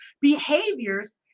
behaviors